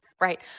Right